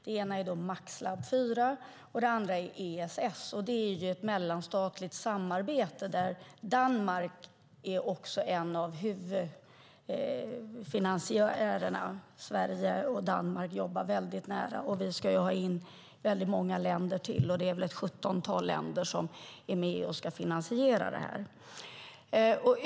Det ena är MAX-labb IV, och det andra är ESS vilket är ett mellanstatligt samarbete där också Danmark är en av huvudfinansiärerna. Sverige och Danmark jobbar väldigt nära, och vi ska ha in väldigt många länder till. Det är väl ett sjuttontal länder som är med och ska finansiera det.